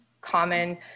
common